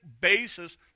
basis